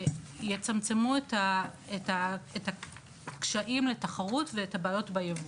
שיצמצמו את הקשיים בתחרות ואת הבעיות ביבוא.